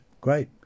Great